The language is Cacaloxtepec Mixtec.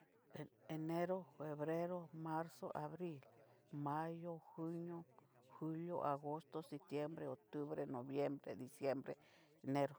Enero, febrero, marzo, abril, mayo, junio, julio, agosto, septiembre, octubre, noviembre, diciempre, enero.